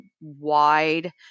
wide